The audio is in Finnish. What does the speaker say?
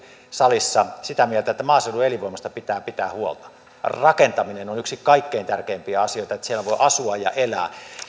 salissa sitä mieltä että maaseudun elinvoimasta pitää pitää huolta rakentaminen on yksi kaikkein tärkeimpiä asioita että siellä voi asua ja elää